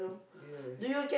yes